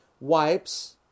wipes